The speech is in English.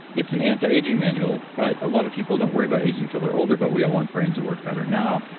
it's an anti-aging manual, but a lot of people don't worry about aging until they're older, but we all want brains that work better now.